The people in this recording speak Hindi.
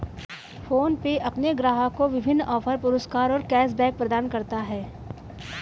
फोनपे अपने ग्राहकों को विभिन्न ऑफ़र, पुरस्कार और कैश बैक प्रदान करता है